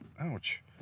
Ouch